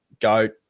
Goat